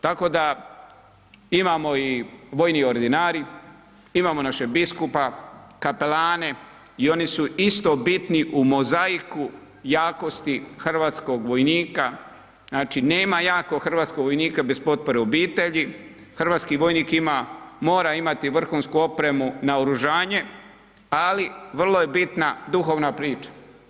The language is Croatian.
Tako da imamo i vojni ordinarij, imamo našeg biskupa, kapelane i oni su isto bitni u mozaiku jakosti hrvatskog vojnika, znači nema jakog hrvatskog vojnika bez potpore obitelji, hrvatski vojnik ima, mora imati vrhunsku opremu, naoružanje, ali vrlo je bitna duhovna priča.